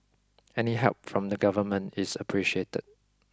any help from the government is appreciated